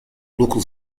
local